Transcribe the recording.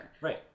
Right